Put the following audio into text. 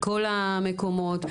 מכל המקומות.